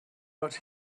but